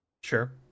Sure